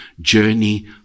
journey